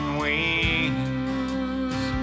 wings